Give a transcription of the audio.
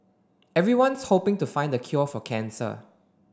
everyone's hoping to find the cure for cancer